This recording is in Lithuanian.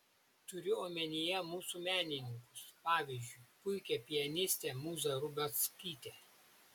turiu omenyje mūsų menininkus pavyzdžiui puikią pianistę mūzą rubackytę